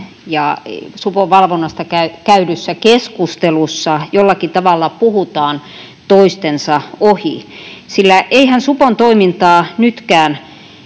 supon valvonnasta käydyssä keskustelussa jollakin tavalla puhutaan toistensa ohi, sillä eihän supon toimintaa nytkään